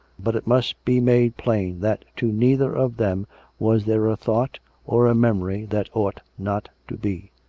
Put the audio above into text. but it must be made plain that to neither of them was there a thought or a memory that ought not to be.